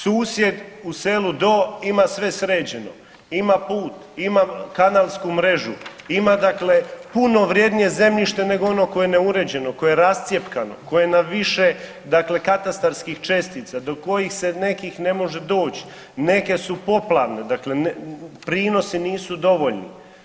Susjed u selu do ima sve sređeno, ima put, ima kanalsku mrežu, ima dakle puno vrijednije zemljište nego ono koje je neuređeno, koje je rascjepkano, koje je na više dakle katastarskih čestica, do kojih se nekih ne može doći, neke su poplavne, dakle prinosi nisu dovoljni.